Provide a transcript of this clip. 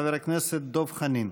חבר הכנסת דב חנין.